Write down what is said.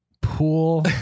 Pool